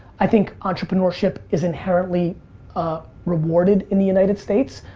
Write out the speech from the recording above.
i think entrepreneurship is inherently rewarded in the united states,